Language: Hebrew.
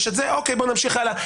בואו נמשיך הלאה.